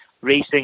racing